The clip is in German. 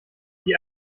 die